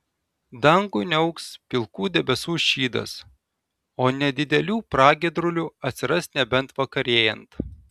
dangų niauks pilkų debesų šydas o nedidelių pragiedrulių atsiras nebent vakarėjant